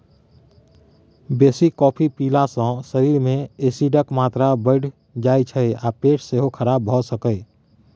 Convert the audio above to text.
बेसी कॉफी पीला सँ शरीर मे एसिडक मात्रा बढ़ि जाइ छै आ पेट सेहो खराब भ सकैए